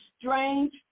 strange